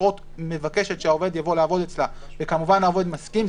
הבחירות מבקשת שעובד יבוא לעבוד אצלה וכמובן שהעובד מסכים,